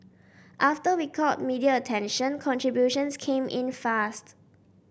after we caught media attention contributions came in fast